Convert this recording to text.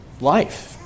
life